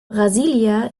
brasília